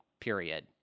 period